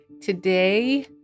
Today